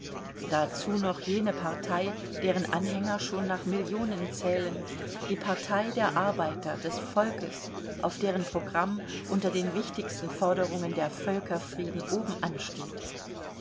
dazu noch jene partei deren anhänger schon nach millionen zählen die partei der arbeiter des volkes auf deren programm unter den wichtigsten forderungen der völkerfrieden obenansteht